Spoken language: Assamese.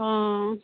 অঁ